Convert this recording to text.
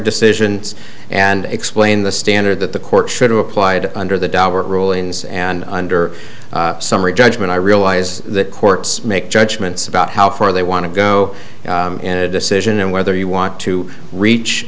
decisions and explain the standard that the court should have applied under the da rulings and under summary judgment i realize that courts make judgments about how far they want to go in a decision and whether you want to reach